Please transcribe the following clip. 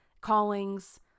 callings